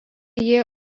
jie